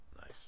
nice